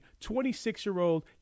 26-year-old